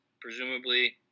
presumably